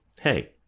Hey